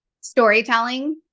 Storytelling